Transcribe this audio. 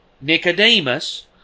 Nicodemus